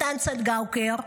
מתן צנגאוקר,